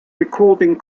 recording